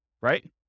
right